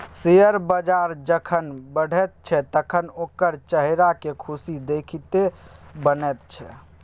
share बजार जखन बढ़ैत छै तखन ओकर चेहराक खुशी देखिते बनैत छै